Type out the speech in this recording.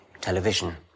television